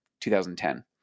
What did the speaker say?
2010